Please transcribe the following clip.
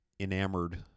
enamored